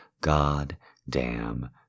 goddamn